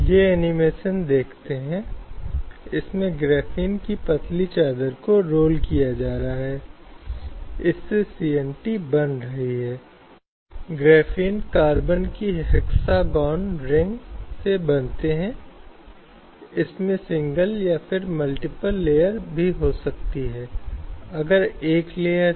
संदर्भसमय को देखें 0037 पिछले व्याख्यानों में हमने लैंगिक न्याय की अवधारणा लिंग रूढ़िवादिता लिंगभेद समाजीकरण पितृसत्ता की अवधारणा के संबंध में आधार रखा है